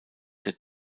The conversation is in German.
der